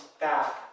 back